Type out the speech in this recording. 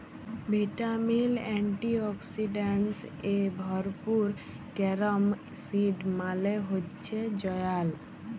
vitamin, antioxidants এ ভরপুর carom seed মালে হচ্যে জয়াল